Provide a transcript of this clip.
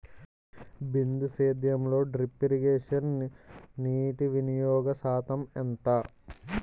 బిందు సేద్యంలో drip irrigation నీటివినియోగ శాతం ఎంత?